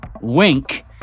Wink